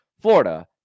Florida